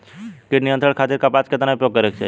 कीट नियंत्रण खातिर कपास केतना उपयोग करे के चाहीं?